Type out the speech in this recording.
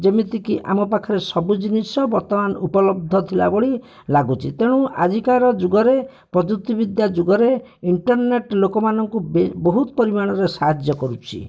ଯେମିତି କି ଆମ ପାଖରେ ସବୁ ଜିନିଷ ବର୍ତ୍ତମାନ ଉପଲବ୍ଧ ଥିଲା ଭଳି ଲାଗୁଛି ତେଣୁ ଆଜିକାର ଯୁଗରେ ପ୍ରଯୁକ୍ତି ବିଦ୍ୟା ଯୁଗରେ ଇଣ୍ଟରନେଟ୍ ଲୋକମାନଙ୍କୁ ବହୁତ ପରିମାଣରେ ସାହାଯ୍ୟ କରୁଛି